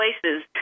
places